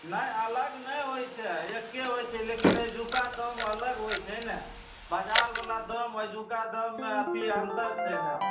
नहि अलग नहि होइ छै एके होइ छै लेकिन एजुका काम अलग होइ छै ने बाजारमे आ ओना एजुका दाममे अंतर छै ने